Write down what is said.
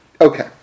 Okay